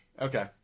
Okay